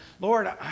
Lord